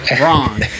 wrong